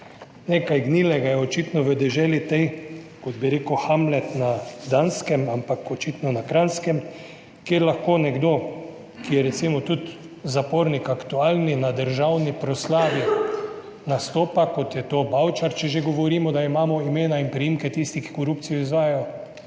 Nekaj gnilega je očitno v deželi tej, kot bi rekel Hamlet na Danskem, ampak očitno na Kranjskem, kjer lahko nekdo, ki je recimo tudi zapornik aktualni, na državni proslavi nastopa, kot je to Bavčar, če že govorimo, da imamo imena in priimke tistih, ki korupcijo izvajajo.